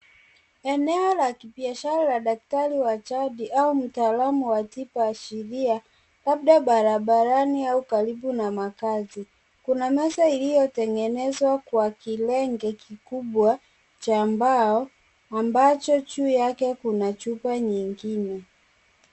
Eneo la kibiashara la daktari wa jadi au mtaalamu wa tiba ashiria labda barabarani au karibu na makazi, kuna meza iliyotengenezwa kwa kilenge kikubwa cha mbao ambacho juu yake kuna chupa nyingine.